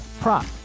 prop